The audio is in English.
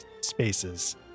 spaces